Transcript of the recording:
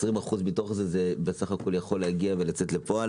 20% בסך הכול מתוך זה יכולים לצאת לפועל